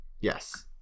Yes